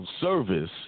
service